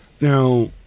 Now